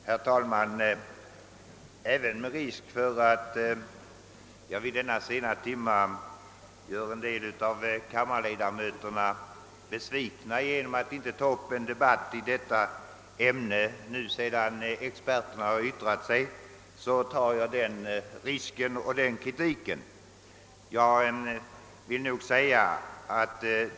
Herr talman! Även med risk för att göra en del av kammarledamöterna be svikna genom att inte vid denna sena timme ta upp en debatt i förevarande ärende sedan »experterna» nu yttrat sig vill jag avstå härifrån.